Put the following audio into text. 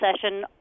session